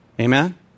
Amen